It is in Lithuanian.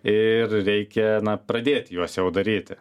ir reikia pradėti juos jau daryti